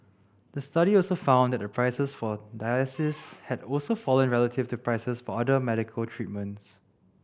the study also found that the prices for dialysis had also fallen relative to prices for other medical treatments